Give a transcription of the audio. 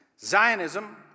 Zionism